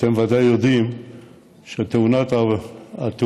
אתם ודאי יודעים שעל התאונה בבניין